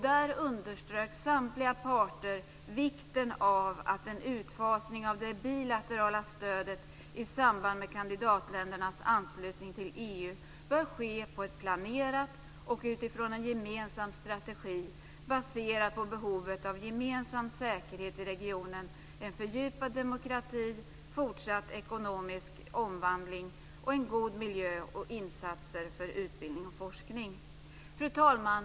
Där underströk samtliga parter vikten av att en utfasning av det bilaterala stödet i samband med kandidatländernas anslutning till EU bör ske på ett planerat sätt och utifrån en gemensam strategi, baserad på behovet av gemensam säkerhet i regionen, en fördjupad demokrati, fortsatt ekonomisk omvandling, en god miljö och insatser för utbildning och forskning. Fru talman!